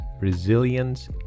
resilience